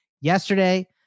yesterday